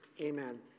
Amen